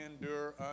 endure